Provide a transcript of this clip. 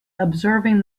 observing